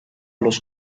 los